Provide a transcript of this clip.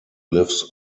lives